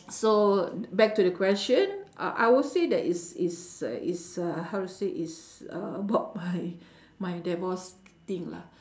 so d~ back to the question I I will say that is is uh is uh how to say is uh about my my divorce thing lah